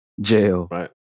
Jail